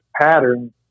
pattern